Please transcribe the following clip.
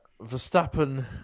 Verstappen